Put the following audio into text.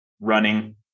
running